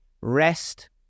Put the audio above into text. rest